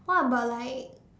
what about like